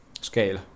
scale